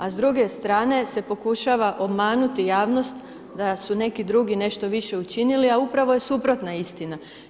A s druge strane se pokušava obmanuti javnost da su neki drugi nešto više učinili, a upravo je suprotna istina.